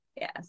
Yes